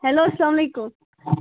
hello اَسلام علیکُم